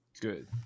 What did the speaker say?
Good